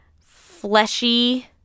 fleshy